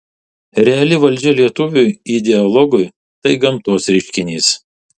reali valdžia lietuviui ideologui tai gamtos reiškinys